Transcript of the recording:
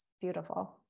beautiful